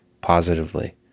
positively